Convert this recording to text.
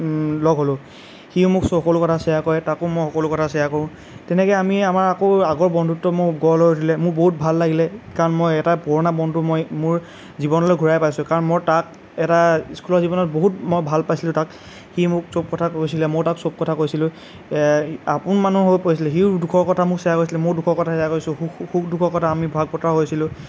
লগ হ'লোঁ সিও মোক সকলো কথা শ্বেয়াৰ কৰে তাকো মই সকলো কথা শ্বেয়াৰ কৰোঁ তেনেকৈ আমি আমাৰ আকৌ আগৰ বন্ধুত্ব মোৰ গঢ় লৈ উঠিলে মোৰ বহুত ভাল লাগিলে কাৰণ মই এটা পুৰণা বন্ধু মই মোৰ জীৱনলৈ ঘূৰাই পাইছোঁ কাৰণ মই তাক এটা স্কুলৰ জীৱনত বহুত মই ভাল পাইছিলোঁ তাক সি মোক চব কথা কৈছিলে ময়ো তাক চব কথা কৈছিলোঁ আপোন মানুহ হৈ পৰিছিলে সিও দুখৰ কথা মোক শ্বেয়াৰ কৰিছিলে ময়ো দুখৰ কথা শ্বেয়াৰ কৰিছিলোঁ সুখ দুখৰ কথা আমি ভাগ বতৰা কৰিছিলোঁ